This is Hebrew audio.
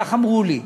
כך אמרו לי,